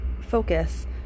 focus